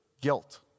Guilt